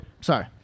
Sorry